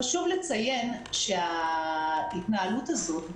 חשוב לציין שההתנהלות הזאת,